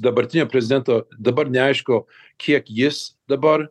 dabartinio prezidento dabar neaišku kiek jis dabar